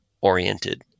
oriented